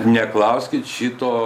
neklauskit šito